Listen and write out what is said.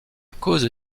cause